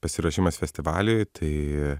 pasiruošimas festivaliui tai